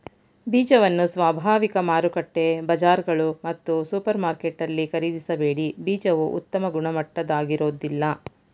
ಬೀಜವನ್ನು ಸ್ವಾಭಾವಿಕ ಮಾರುಕಟ್ಟೆ ಬಜಾರ್ಗಳು ಮತ್ತು ಸೂಪರ್ಮಾರ್ಕೆಟಲ್ಲಿ ಖರೀದಿಸಬೇಡಿ ಬೀಜವು ಉತ್ತಮ ಗುಣಮಟ್ಟದಾಗಿರೋದಿಲ್ಲ